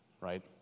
Right